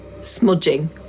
smudging